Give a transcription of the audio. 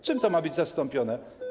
Czym to ma być zastąpione?